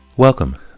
Welcome